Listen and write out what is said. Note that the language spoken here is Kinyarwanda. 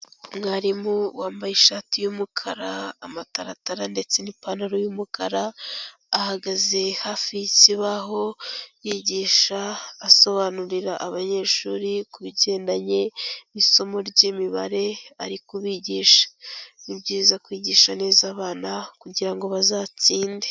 Umwarimu wambaye ishati y'umukara, amataratara ndetse n'ipantaro y'umukara, ahagaze hafi y'ikibaho, yigisha asobanurira abanyeshuri ku bigendanye n'isomo ry'imibare ari kugisha. Ni byiza kwigisha neza abana kugira ngo bazatsinde.